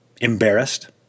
embarrassed